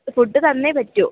food തന്നേ പറ്റൂ